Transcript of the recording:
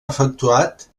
efectuat